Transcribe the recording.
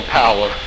power